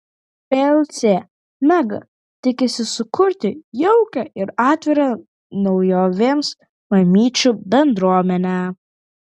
plc mega tikisi sukurti jaukią ir atvirą naujovėms mamyčių bendruomenę